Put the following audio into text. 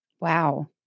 Wow